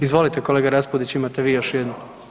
Izvolite kolega Raspudić, imate vi još jednu.